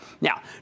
Now